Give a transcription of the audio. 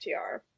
FTR